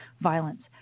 violence